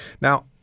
Now